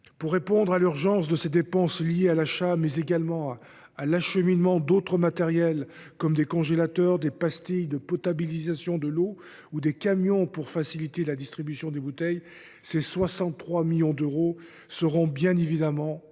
Pour répondre à l’urgence de ces dépenses liées à l’achat, mais également à l’acheminement d’autres matériels, comme des congélateurs, des pastilles de potabilisation de l’eau, ou des camions pour faciliter la distribution des bouteilles, ces 63 millions d’euros seront bien évidemment